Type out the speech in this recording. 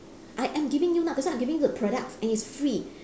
I am giving you ah that's why I'm giving you the product and it's free